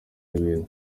ikintu